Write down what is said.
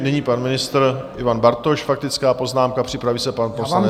Nyní pan ministr Ivan Bartoš, faktická poznámka, připraví se pan poslanec Strýček.